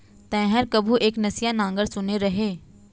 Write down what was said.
तैंहर कभू एक नसिया नांगर सुने रहें?